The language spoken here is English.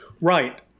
Right